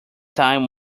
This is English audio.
time